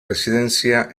residencia